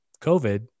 COVID